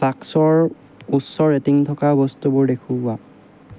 ফ্লাস্কৰ উচ্চ ৰেটিং থকা বস্তুবোৰ দেখুওৱা